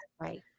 right